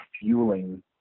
fueling